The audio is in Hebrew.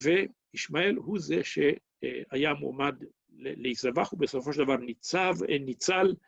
‫וישמעאל הוא זה שהיה מועמד להיזבח ‫ובסופו של דבר ניצל.